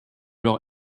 leur